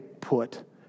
put